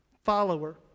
Follower